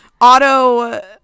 Auto